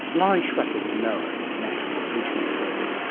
lori schwacke with noaa, the national ocean service,